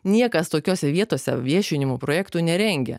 niekas tokiose vietose viešinimo projektų nerengia